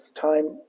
time